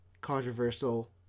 controversial